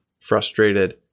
frustrated